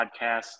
podcast